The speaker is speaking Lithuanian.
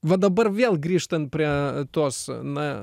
va dabar vėl grįžtant prie tos na